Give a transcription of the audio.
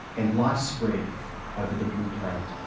and life spread over the blue planet.